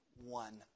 one